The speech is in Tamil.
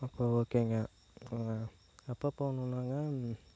அப்போ ஓகேங்க எப்போ போகணுனாங்க